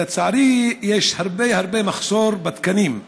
לצערי, יש מחסור רב בתקנים.